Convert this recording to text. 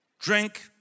drink